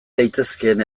daitezkeen